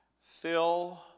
Fill